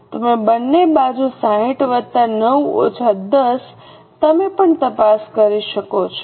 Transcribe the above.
તમે બંને બાજુ 60 વત્તા 9 ઓછા 10 તમે પણ તપાસ પાર કરી શકો છો